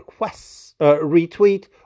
retweet